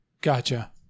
Gotcha